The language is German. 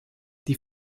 die